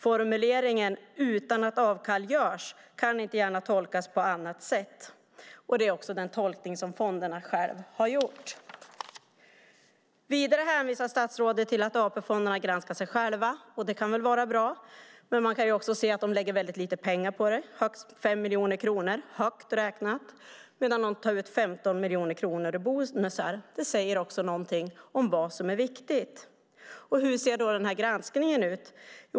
Formuleringen "utan att avkall görs" kan inte gärna tolkas på annat sätt och det är också den tolkning som fonderna själva har gjort. Vidare hänvisar statsrådet till att AP-fonderna granskar sig själva, och det kan väl vara bra. Men man kan också se att de lägger väldigt lite pengar på det, högst 5 miljoner kronor högt räknat, medan de tar ut 15 miljoner kronor i bonusar. Det säger också någonting om vad som är viktigt. Hur ser då den här granskningen ut?